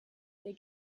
der